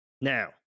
Now